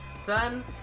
Son